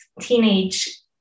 teenage